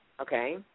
Okay